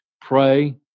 pray